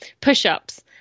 push-ups